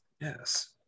Yes